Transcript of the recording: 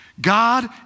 God